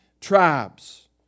tribes